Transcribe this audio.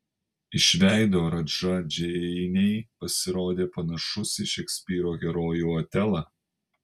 iš veido radža džeinei pasirodė panašus į šekspyro herojų otelą